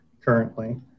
currently